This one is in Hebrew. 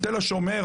תל השומר,